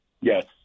Yes